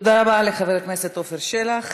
תודה רבה לחבר הכנסת עפר שלח.